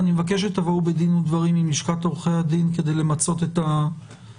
אני מבקשת עבור בדין ודברים עם לשכת עורכי הדין כדי למצות את השיחה.